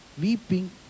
Weeping